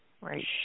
Right